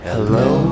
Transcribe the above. Hello